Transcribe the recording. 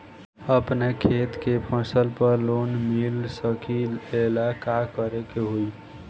अपना खेत के फसल पर लोन मिल सकीएला का करे के होई?